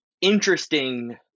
interesting